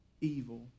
evil